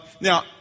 Now